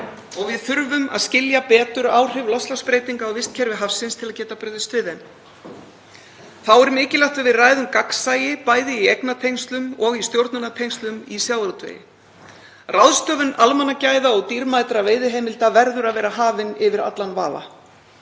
og við þurfum að skilja betur áhrif loftslagsbreytinga á vistkerfi hafsins til að geta brugðist við þeim. Þá er mikilvægt að við ræðum gagnsæi, bæði í eignatengslum og í stjórnunartengslum í sjávarútvegi. Ráðstöfun almannagæða og dýrmætra veiðiheimilda verður að vera hafin yfir allan vafa.